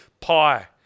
Pie